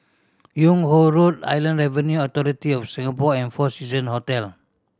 Yung Ho Road Inland Avenue Authority of Singapore and Four Season Hotel